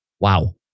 wow